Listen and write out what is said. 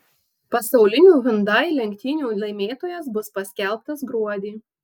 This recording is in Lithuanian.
pasaulinių hyundai lenktynių laimėtojas bus paskelbtas gruodį